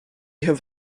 have